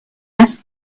asked